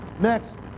next